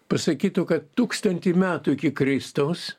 pasakytų kad tūkstantį metų iki kristaus